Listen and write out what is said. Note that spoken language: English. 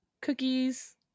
Cookies